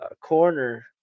corner